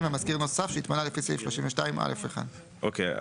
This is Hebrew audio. ומזכיר נוסף שהתמנה לפי סעיף 32(א1)"; אוקיי.